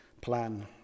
plan